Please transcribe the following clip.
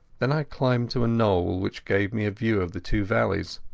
then i climbed to a knoll which gave me a view of the two valleys.